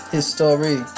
History